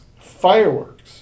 Fireworks